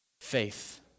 faith